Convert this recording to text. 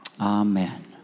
Amen